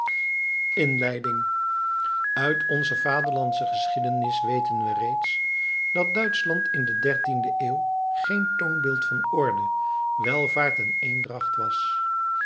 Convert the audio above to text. inleiding uit onze vaderlandsche geschiedenis weten we reeds dat duitschland in de dertiende eeuw geen toonbeeld van orde welvaart en eendracht was